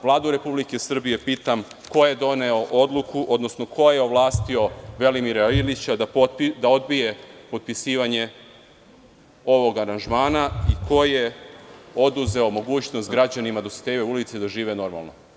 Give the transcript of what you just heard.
Vladu Republike Srbije pitam ko je doneo odluku, odnosno ko je ovlastio Velimira Ilića da odbije potpisivanje ovog aranžmana i ko je oduzeo mogućnost građanima Dositejeve ulice da žive normalno?